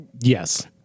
Yes